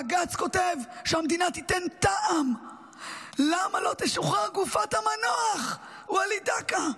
בג"ץ כותב שהמדינה תיתן טעם למה לא תשוחרר גופת המנוח וליד דקה.